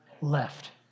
left